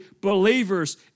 believers